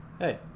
Hey